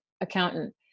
accountant